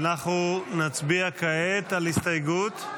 אנחנו נצביע כעת על הסתייגות,